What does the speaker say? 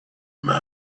man